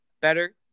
better